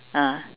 ah